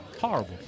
Horrible